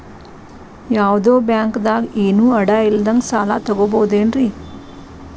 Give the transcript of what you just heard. ಯಾವ್ದೋ ಬ್ಯಾಂಕ್ ದಾಗ ಏನು ಅಡ ಇಲ್ಲದಂಗ ಸಾಲ ತಗೋಬಹುದೇನ್ರಿ?